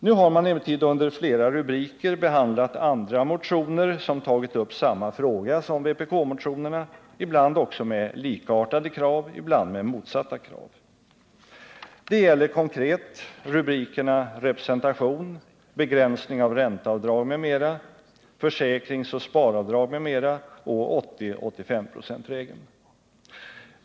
Nu har man emellertid under flera rubriker behandlat andra motioner som tagit upp samma fråga som vpk-motionerna, ibland med motsatta krav men ibland också med likartade krav. Det gäller konkret rubrikerna Representation, Begränsning av ränteavdrag m.m., Försäkringsoch sparavdragen m.m. och 80/85-procentregeln.